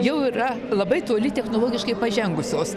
jau yra labai toli technologiškai pažengusios